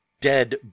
dead